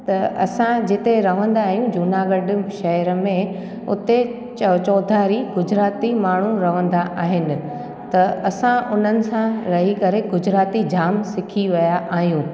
त असां जिते रहंदा आहियूं जूनागढ़ शहर में उते चौधारी गुजराती माण्हू रहंदा आहिनि त असां उन्हनि सां रही करे गुजराती जामु सिखी विया आहियूं